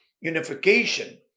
unification